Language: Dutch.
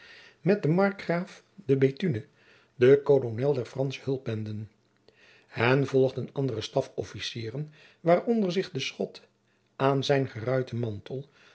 met den markgraaf de bethune den kolonel der fransche hulpbenden hen volgden andere stafofficieren waaronder zich de schot aan zijn geruiten mantel